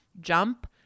jump